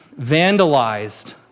vandalized